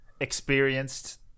experienced